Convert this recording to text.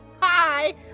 Hi